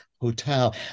Hotel